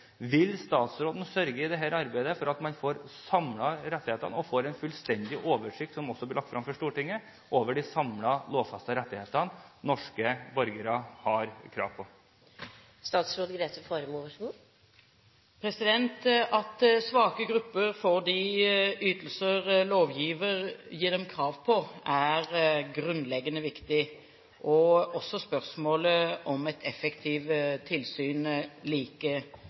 Vil statsråden sørge for at man i dette arbeidet får samlet rettighetene og får en fullstendig oversikt – som også blir lagt frem for Stortinget – over de lovfestede rettighetene norske borgere har? At svake grupper får de ytelser lovgiver gir dem krav på, er grunnleggende viktig – spørsmålet om et effektivt tilsyn